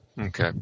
Okay